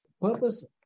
Purpose